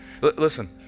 Listen